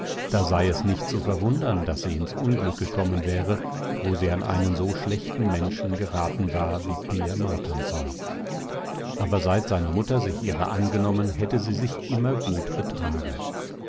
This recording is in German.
da sei es nicht zu verwundern daß sie ins unglück gekommen wäre wo sie an einen so schlechten menschen geraten war wie per martensson aber seit seine mutter sich ihrer angenommen hätte sie sich immer gut betragen